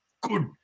good